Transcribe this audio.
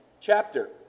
chapter